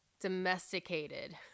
domesticated